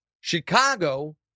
Chicago